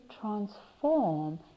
transform